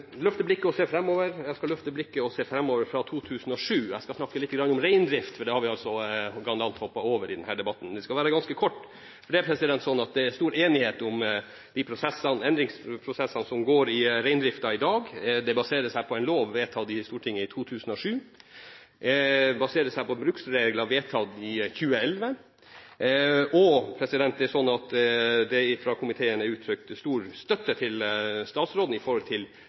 snakke litt om reindrift, for det har vi galant hoppet over i denne debatten. Jeg skal være ganske kort, for det er stor enighet om de endringsprosessene som går i reindrifta i dag. De baserer seg på en lov vedtatt i Stortinget i 2007 og på bruksregler vedtatt i 2011. Fra komiteen er det uttrykt stor støtte til statsråden knyttet til den prosessen som går videre nå, selv om jeg nok – litt sludrete – må få lov til å føye til at det er iallfall ikke noen i reindrifta som føler at statsråden opererer særlig næringsnøytralt i